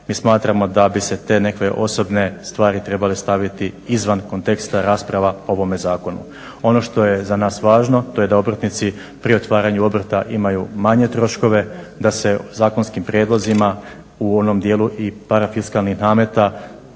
mi smatramo da bi se te nekakve osobne stvari trebale staviti izvan konteksta rasprava o ovome zakonu. Ono što je za nas važno to je da obrtnici prije otvaranja obrta imaju manje troškove, da se zakonskim prijedlozima u onom dijelu i parafiskalnih nameta